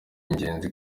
ingenzi